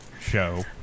show